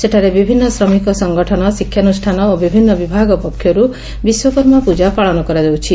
ସେଠାରେ ବିଭିନ୍ତ ଶ୍ରମିକ ସଂଗଠନ ଶିକ୍ଷାନୁଷ୍ଠାନ ଓ ବିଭିନ୍ତ ବିଭାଗ ପକ୍ଷରୁ ବିଶ୍ୱକର୍ମାପ୍ରଜା ପାଳନ କରାଯାଉଛି